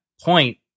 point